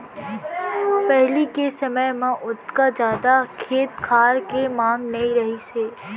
पहिली के समय म ओतका जादा खेत खार के मांग नइ रहिस हे